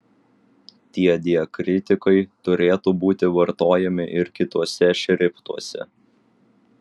tie diakritikai turėtų būti vartojami ir kituose šriftuose